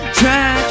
try